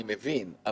אני מבין,